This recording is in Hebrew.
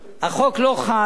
לא חל,